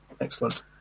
excellent